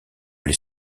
les